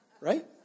Right